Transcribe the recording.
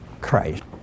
Christ